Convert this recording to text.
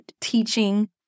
teaching